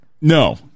No